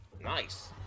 nice